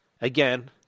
again—